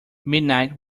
midnight